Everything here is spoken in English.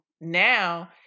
now